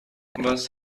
was